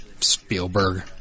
Spielberg